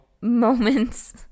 moments